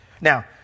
Now